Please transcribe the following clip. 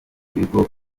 ibigo